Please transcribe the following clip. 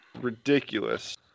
ridiculous